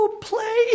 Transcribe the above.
play